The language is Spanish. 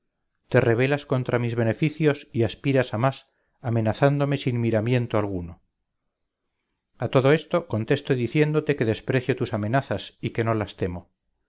te rebelas contra mis beneficios y aspiras a más amenazándome sin miramiento alguno a todo esto contesto diciéndote que desprecio tus amenazas y que no las temo